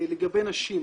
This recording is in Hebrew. לגבי נשים.